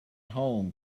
home